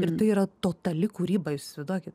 ir tai yra totali kūryba jūs įsivaizduojate